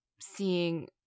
seeing